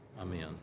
amen